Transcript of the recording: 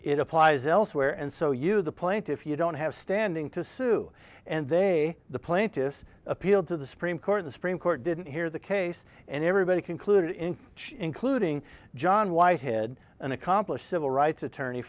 it applies elsewhere and so you the plaintiff you don't have standing to sue and they the plaintiffs appealed to the supreme court the supreme court didn't hear the case and everybody concluding including john whitehead an accomplished civil rights attorney